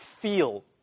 feel